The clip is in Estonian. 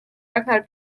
ragnar